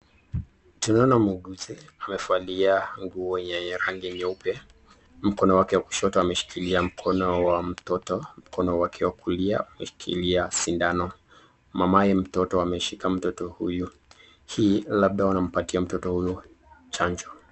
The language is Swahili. Tunaona muuguzi amevalia nguo ya rangi nyeupe mkono wake wa kushoto ameshikila mkono wa mtoto mkono wake wa kulia ameshikilia sindano. Mamaye mtoto ameshika mtoto huyu hii labda wanampatia mtoto huyu chanjo.